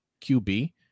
QB